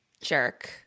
Jerk